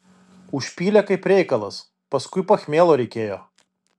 užpylė kaip reikalas paskui pachmielo reikėjo